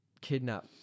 kidnap